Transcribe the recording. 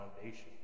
foundation